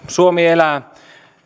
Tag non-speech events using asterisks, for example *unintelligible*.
suomi elää *unintelligible*